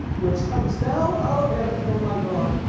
which comes down out of heaven from my god.